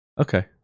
Okay